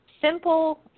Simple